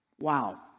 Wow